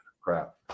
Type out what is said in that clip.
Crap